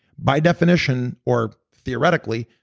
by definition or theoretically,